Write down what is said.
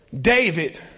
David